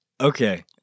Okay